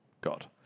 God